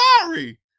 sorry